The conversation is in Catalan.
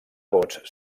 vots